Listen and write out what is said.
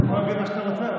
אתה יכול להגיד מה שאתה רוצה,